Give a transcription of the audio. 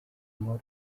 amahoro